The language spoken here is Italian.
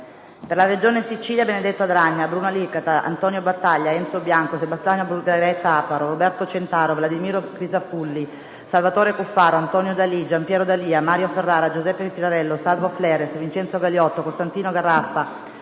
per la Regione Sicilia: Benedetto Adragna, Bruno Alicata, Antonio Battaglia, Enzo Bianco, Sebastiano Burgaretta Aparo, Roberto Centaro, Vladimiro Crisafulli, Salvatore Cuffaro, Antonio D'Alì, Gianpiero D'Alia, Mario Ferrara, Giuseppe Firrarello, Salvo Fleres, Vincenzo Galioto, Costantino Garraffa,